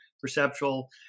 perceptual